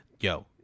yo